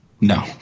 No